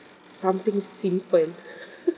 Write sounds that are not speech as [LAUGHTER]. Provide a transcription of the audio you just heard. something simple [LAUGHS]